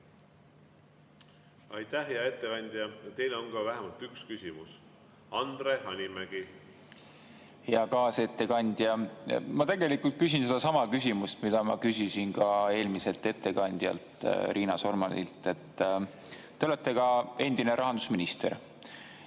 Aitäh, hea ettekandja! Teile on ka vähemalt üks küsimus. Andre Hanimägi, palun! Hea kaasettekandja! Ma tegelikult küsin sellesama küsimuse, mida ma küsisin eelmiselt ettekandjalt Riina Solmanilt. Te olete endine rahandusminister.